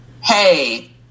hey